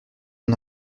mon